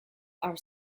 are